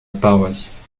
paroisse